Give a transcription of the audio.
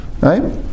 Right